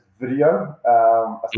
video